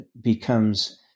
becomes